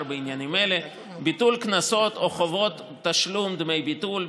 בעניינים אלה: (א) ביטול קנסות או חובת תשלום דמי ביטול,